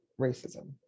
racism